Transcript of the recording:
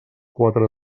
quatre